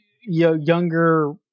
younger